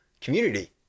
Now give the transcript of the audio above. community